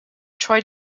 troy